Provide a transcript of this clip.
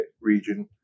region